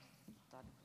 האדם,